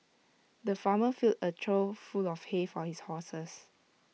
the farmer filled A trough full of hay for his horses